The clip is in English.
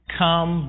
come